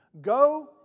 go